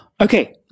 Okay